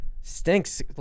Stinks